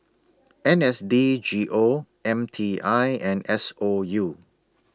N S D G O M T I and S O U